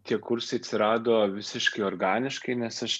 tie kursai atsirado visiškai organiškai nes aš